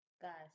Guys